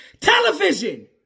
Television